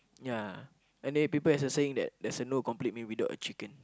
yeah anyway people as saying that there's a no complete meal without chicken